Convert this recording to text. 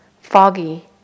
Foggy